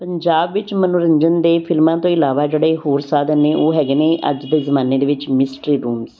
ਪੰਜਾਬ ਵਿੱਚ ਮਨੋਰੰਜਨ ਦੇ ਫਿਲਮਾਂ ਤੋਂ ਇਲਾਵਾ ਜਿਹੜੇ ਹੋਰ ਸਾਧਨ ਨੇ ਉਹ ਹੈਗੇ ਨੇ ਅੱਜ ਦੇ ਜ਼ਮਾਨੇ ਦੇ ਵਿੱਚ ਮਿਸਟਰੀ ਰੂਮਸ